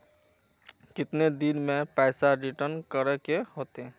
कितने दिन में पैसा रिटर्न करे के होते?